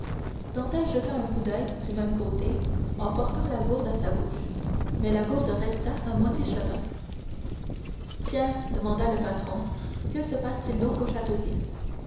dantès jeta un coup d'oeil du même côté en portant la gourde à sa bouche mais la gourde resta à moitié chemin tiens demanda le patron que se passe-t-il donc au château